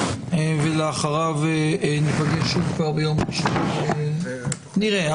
ולאחריו ניפגש שוב ביום נראה,